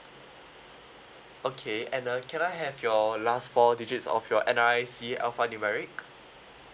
okay and uh can I have your last four digits of your N_R_I_C alphanumeric